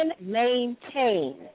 maintain